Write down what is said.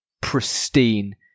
pristine